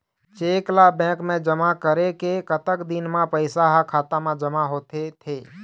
Cheque ला bank मा जमा करे के कतक दिन मा पैसा हा खाता मा जमा होथे थे?